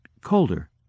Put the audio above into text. colder